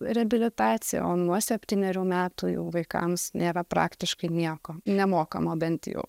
reabilitacija o nuo septynerių metų jau vaikams nėra praktiškai nieko nemokamo bent jau